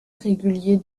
régulier